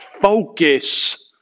focus